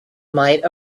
might